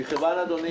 אדוני,